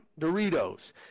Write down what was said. doritos